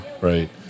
right